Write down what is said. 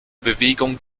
bewegung